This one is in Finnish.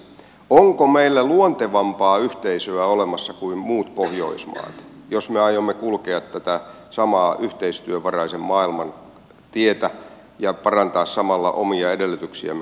onko meillä luontevampaa yhteisöä olemassa kuin muut pohjoismaat jos me aiomme kulkea tätä samaa yhteistyövaraisen maailman tietä ja parantaa samalla omia edellytyksiämme